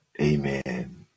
amen